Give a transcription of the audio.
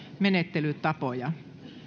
menettelytapoja